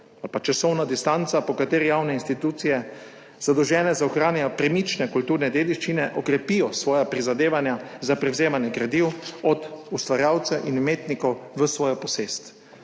časovna distanca, po kateri javne institucije, zadolžene za ohranjanje premične kulturne dediščine, okrepijo svoja prizadevanja za prevzemanje gradiv od ustvarjalcev in umetnikov v svojo posest.